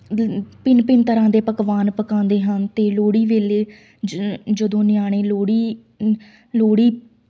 ਭਿੰਨ ਭਿੰਨ ਤਰ੍ਹਾਂ ਦੇ ਪਕਵਾਨ ਪਕਾਉਂਦੇ ਹਨ ਅਤੇ ਲੋਹੜੀ ਵੇਲੇ ਜ ਜਦੋਂ ਨਿਆਣੇ ਲੋਹੜੀ ਲੋਹੜੀ